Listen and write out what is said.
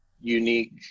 unique